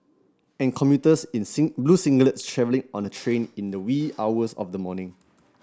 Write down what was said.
and commuters in blue singlets travelling on a train in the wee hours of the morning